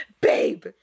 Babe